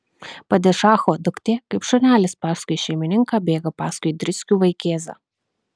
padišacho duktė kaip šunelis paskui šeimininką bėga paskui driskių vaikėzą